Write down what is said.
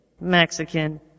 Mexican